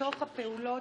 תודה רבה.